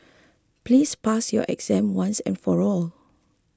please pass your exam once and for all